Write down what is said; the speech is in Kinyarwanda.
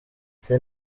ese